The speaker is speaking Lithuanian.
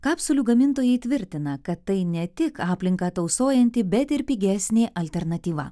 kapsulių gamintojai tvirtina kad tai ne tik aplinką tausojanti bet ir pigesnė alternatyva